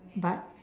but